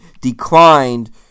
declined